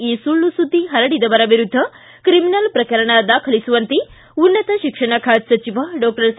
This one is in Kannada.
ಈ ಸುಳ್ಳು ಸುದ್ದಿ ಪರಡಿದವರ ವಿರುದ್ಧ ಕ್ರಿಮಿನಲ್ ಪ್ರಕರಣ ದಾಖಲಿಸುವಂತೆ ಉನ್ನತ ಶಿಕ್ಷಣ ಖಾತೆ ಸಚಿವ ಡಾಕ್ಷರ್ ಸಿ